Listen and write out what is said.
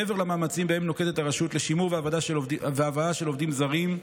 מעבר למאמצים שנוקטת הרשות לשימור והבאה של עובדים זרים,